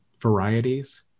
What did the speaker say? varieties